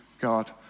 God